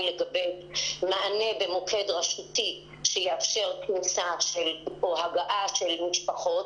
לגבי מענה במוקד רשותי שיאפשר כניסה או הגעה של משפחות.